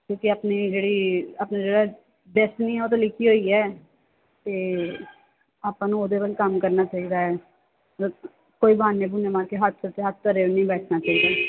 ਕਿਉਂਕਿ ਆਪਣੀ ਜਿਹੜੀ ਆਪਣਾ ਜਿਹੜਾ ਡੈਸਨੀ ਆ ਉਹ ਤਾਂ ਲਿਖੀ ਹੋਈ ਹੈ ਅਤੇ ਆਪਾਂ ਨੂੰ ਉਹਦੇ ਵੱਲ ਕੰਮ ਕਰਨਾ ਚਾਹੀਦਾ ਹੈ ਮਤਲਬ ਕੋਈ ਬਹਾਨੇ ਬਹੁਨੇ ਮਾਰ ਕੇ ਹੱਥ 'ਤੇ ਹੱਥ ਧਰ ਨਹੀਂ ਬੈਠਣਾ ਚਾਹੀਦਾ